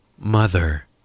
mother